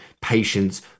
patience